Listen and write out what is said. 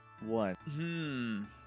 one